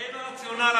אין רציונל,